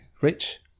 Rich